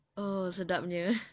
oh sedapnya